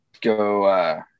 go